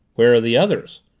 where are the others?